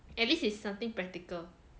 at least is something practical